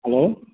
hello